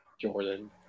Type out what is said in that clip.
Jordan